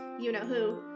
you-know-who